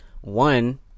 one